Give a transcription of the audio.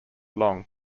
long